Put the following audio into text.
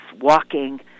walking